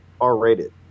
R-rated